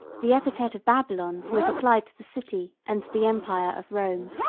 the epithet of babylon was applied to the city and to the empire of rome.